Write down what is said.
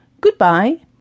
Goodbye